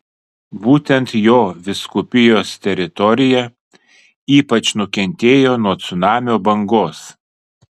būtent jo vyskupijos teritorija ypač nukentėjo nuo cunamio bangos